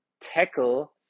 tackle